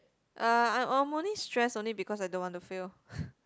uh I I'm only stressed only because I don't want to fail